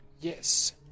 Yes